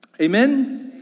Amen